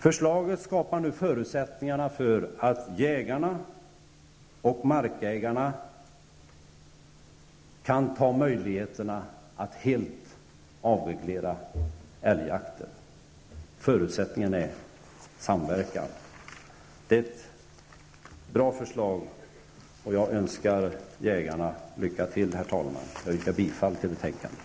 Förslaget skapar förutsättningar för att jägarna och markägarna kan ta vara på möjligheterna att helt avreglera älgjakten. Förutsättningen är samverkan. Det är ett bra förslag, och jag önskar jägarna lycka till. Herr talman! Jag yrkar bifall till hemställan i betänkandet.